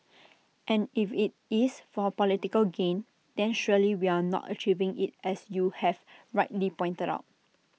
and if IT is for political gain then surely we are not achieving IT as you have rightly pointed out